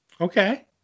Okay